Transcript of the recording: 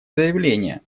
заявление